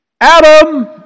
Adam